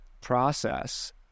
process